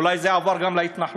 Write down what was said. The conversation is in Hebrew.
אולי זה עבר גם להתנחלויות,